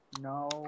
no